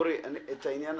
תודה.